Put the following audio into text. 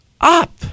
up